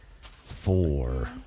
Four